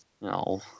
No